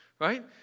right